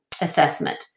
assessment